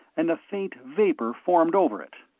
and a faint vapor formed over it.